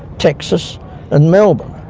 texas and melbourne,